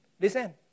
listen